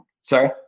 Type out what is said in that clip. Sorry